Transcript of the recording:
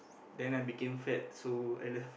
then I became fat so I left